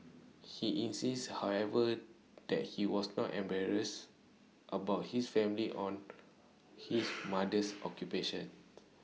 he insists however that he was not embarrassed about his family on his mother's occupation